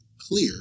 clear